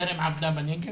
בטרם עבדה בנגב,